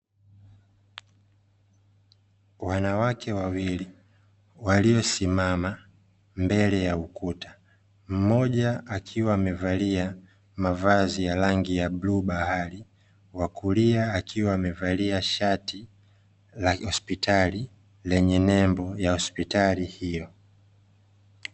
Wanawake wawili waliosimama mbele ya ukuta; mmoja akiwa amevalia mavazi ya rangi ya bluu bahari, wa kulia akiwa amevalia shati la hospitali lenye nembo ya hospitali hiyo.